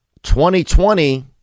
2020